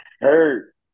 hurt